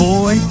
Boy